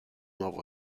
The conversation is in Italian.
nuovo